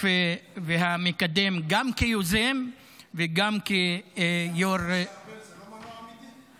והמקדם גם כיוזם וגם כיו"ר --- ארבל זה לא מנוע אמיתי?